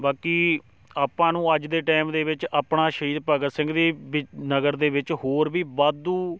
ਬਾਕੀ ਆਪਾਂ ਨੂੰ ਅੱਜ ਦੇ ਟਾਈਮ ਦੇ ਵਿੱਚ ਆਪਣਾ ਸ਼ਹੀਦ ਭਗਤ ਸਿੰਘ ਦੀ ਬੀ ਨਗਰ ਦੇ ਵਿੱਚ ਹੋਰ ਵੀ ਵਾਧੂ